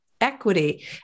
equity